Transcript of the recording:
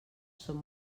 són